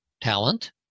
talent